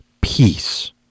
peace